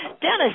Dennis